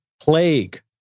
plague